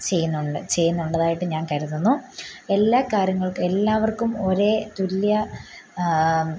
ചെയ്യുന്നുണ്ട് ചെയ്യുന്നുണ്ടതായിട്ട് ഞാൻ കരുതുന്നു എല്ലാ കാര്യങ്ങൾക്കും എല്ലാവർക്കും ഒരേ തുല്യ